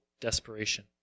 desperation